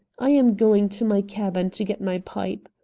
i am going to my cabin to get my pipe.